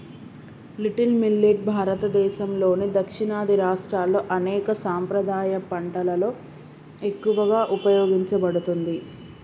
little millet భారతదేసంలోని దక్షిణాది రాష్ట్రాల్లో అనేక సాంప్రదాయ పంటలలో ఎక్కువగా ఉపయోగించబడుతుంది